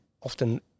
often